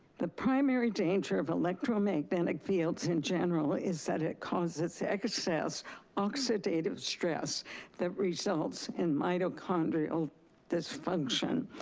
the primary danger of electromagnetic fields in general is that it causes excess oxidative stress that results in mitochondrial disfunction.